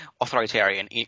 authoritarian